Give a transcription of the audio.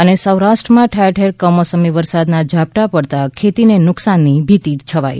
ે સૌરાષ્ટ્ર માં ઠેર ઠેર કમોસમી વરસાદનાં ઝાપટાં પડતાં ખેતીને નુકસાનની ભીતી છવાઈ